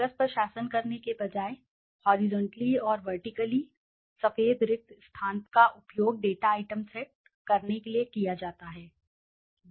कागज़ पर शासन करने के बजाय हॉरिज़ॉन्टली और वर्टिकली सफेद रिक्त स्थान का उपयोग डेटा आइटम सेट करने के लिए किया जाता है